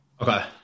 Okay